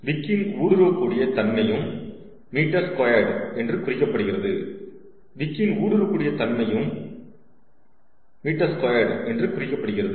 விக்கின் ஊடுருவக் கூடிய தன்மையும் மீட்டர் ஸ்கொயர் என்று குறிக்கப்படுகிறது